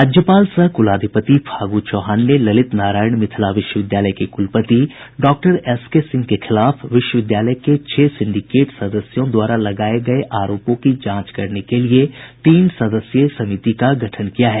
राज्यपाल सह कुलाधिपति फागू चौहान ने ललित नारायण मिथिला विश्वविद्यालय के कूलपति डॉ एस के सिंह के खिलाफ विश्वविद्यालय के छह सिंडिकेट सदस्यों द्वारा लगाए गए आरोपों की जांच करने के लिए तीन सदस्यीय समिति का गठन किया है